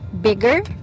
bigger